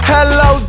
Hello